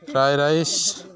fried rice